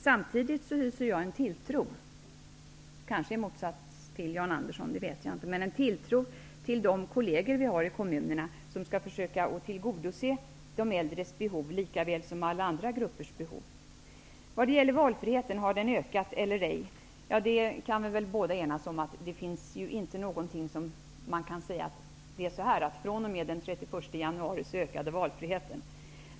Samtidigt hyser jag en tilltro -- kanske i motsats till Jan Andersson, men det vet jag inte -- till de kolleger vi har i kommunerna som skall försöka tillgodose de äldres behov likväl som alla andra gruppers behov. Har valfriheten ökat eller ej? Vi kan båda enas om att man kan inte säga att valfriheten ökade den 31 januari.